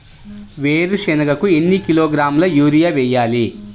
వేరుశనగకు ఎన్ని కిలోగ్రాముల యూరియా వేయాలి?